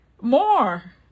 more